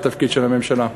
והתפקיד של הממשלה.